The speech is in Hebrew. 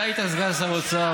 אתה היית סגן שר אוצר,